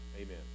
Amen